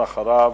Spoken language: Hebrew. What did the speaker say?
אחריו,